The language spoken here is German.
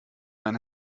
mein